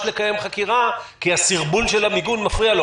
לקיים חקירה כי הסרבול של המיגון מפריע לו,